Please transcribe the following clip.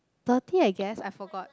thirty I guess I forgot